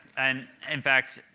and in fact,